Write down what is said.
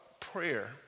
Prayer